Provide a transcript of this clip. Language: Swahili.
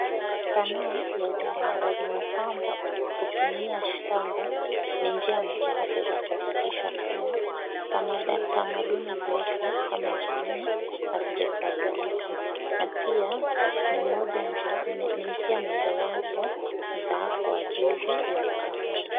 Sanaa ya utengenazaji mapambo kutumia shanga ni njia mojawapo za kuhakikisha kuwa tamaduni zetu kama jamii hazijasahulika na pia njia mojawapo za kuajiri vijana.